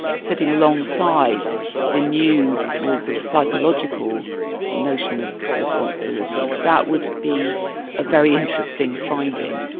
sitting alongside the new, more sort of psychological notion of responsibility, that would be a very interesting finding.